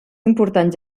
important